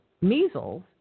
measles